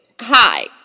hi